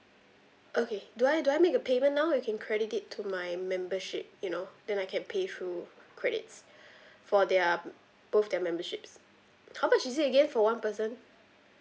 okay do I do I make a payment now you can credit it to my membership you know then I can pay through credits for their both their memberships how much is it again for one person